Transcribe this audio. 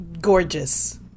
gorgeous